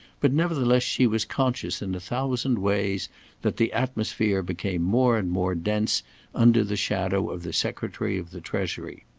but nevertheless she was conscious in a thousand ways that the atmosphere became more and more dense under the shadow of the secretary of the treasury.